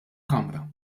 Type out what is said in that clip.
kamra